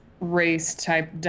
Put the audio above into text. race-type